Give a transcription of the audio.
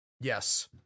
Yes